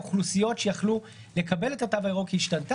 אוכלוסיות שיכלו לקבל את התו הירוק השתנו.